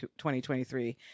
2023